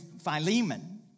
Philemon